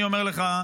אני אומר לך,